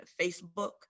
Facebook